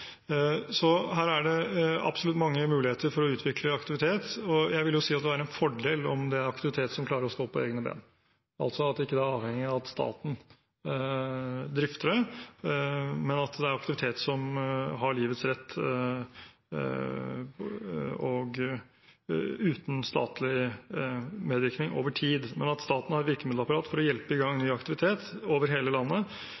så her er det absolutt mange muligheter for å utvikle aktivitet. Og jeg vil si det vil være en fordel om det er aktivitet som klarer å stå på egne ben, at man ikke er avhengig av at staten drifter det, men at det er aktivitet som har livets rett uten statlig medvirkning over tid. Men at staten har et virkemiddelapparat for å hjelpe i gang